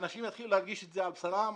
האנשים יתחילו להרגיש את זה על בשרם,